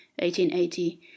1880